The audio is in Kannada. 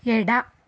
ಎಡ